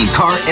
car